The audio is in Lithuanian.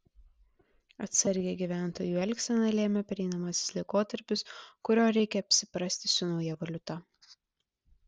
atsargią gyventojų elgseną lėmė pereinamasis laikotarpis kurio reikia apsiprasti su nauja valiuta